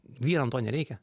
vyram to nereikia